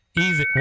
Easy